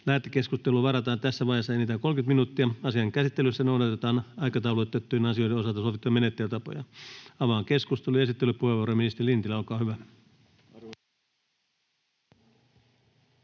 Lähetekeskusteluun varataan tässä vaiheessa enintään 30 minuuttia. Asian käsittelyssä noudatetaan aikataulutettujen asioiden osalta sovittuja menettelytapoja. Avaan keskustelun. — Esittelypuheenvuoro, ministeri Lintilä, olkaa hyvä.